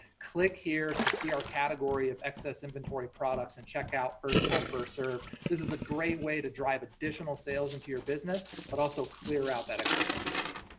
click here to see our category of excess inventory products and check out first come first serve. this is a great way to drive additional sales into your business, but also clear out that excess inventory.